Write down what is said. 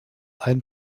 ein